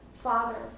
father